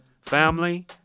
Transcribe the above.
Family